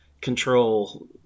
control